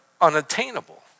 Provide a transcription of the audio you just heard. unattainable